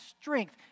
strength